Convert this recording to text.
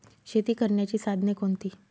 शेती करण्याची साधने कोणती?